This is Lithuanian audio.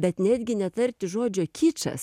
bet netgi netarti žodžio kičas